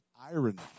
irony